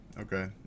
Okay